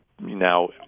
now